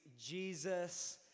Jesus